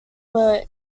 were